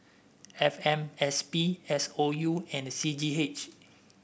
F M S P S O U and C G H